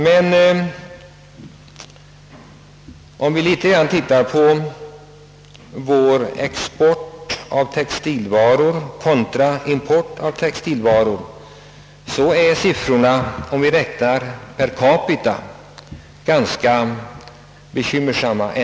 Men vår export av textilvaror kontra importen av samma varor är ändå sådan, att siffrorna räknat per capita är ganska bekymmersamma.